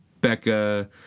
Becca